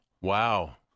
Wow